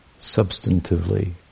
substantively